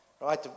right